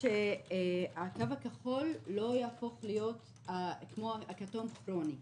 שהקו הכחול לא יהפוך להיות כמו הכתום באופן כרוני,